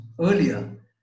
earlier